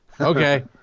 okay